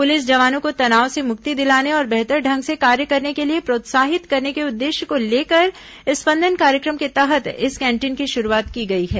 police जवानों को तनाव से मुक्ति दिलाने और बेहतर ढंग से कार्य करने के लिए प्रोत्साहित करने के उद्देश्य को लेकर स्पंदन कार्यक्रम के तहत इस कैंटीन की शुरूआत की गई है